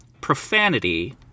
Profanity